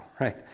right